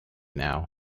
now